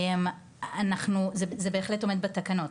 זה בהחלט עומד בתקנות,